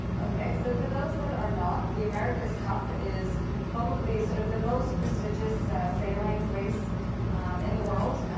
okay. so for those that are not, the america's cup is probably sort of the most prestigious sailing race in the world.